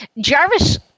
Jarvis